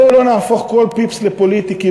בואו ולא נהפוך כל פיפס לפוליטי,